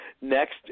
Next